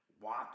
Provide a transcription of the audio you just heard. Watch